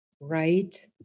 right